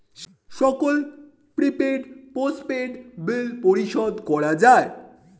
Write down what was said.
সকল prepaid, postpaid bill পরিশোধ করা যায়